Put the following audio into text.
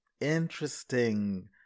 Interesting